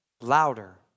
louder